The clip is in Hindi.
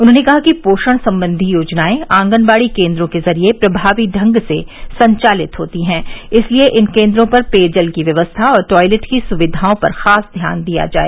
उन्होंने कहा कि पोषण संबंधी योजनायें आंगनबाड़ी केन्द्रों के ज़रिये प्रभावी ढंग से संचालित होती हैं इसलिये इन केन्द्रों पर पेयजल की व्यवस्था और टॉयलेट की सुक्धाओं पर खास ध्यान दिया जाए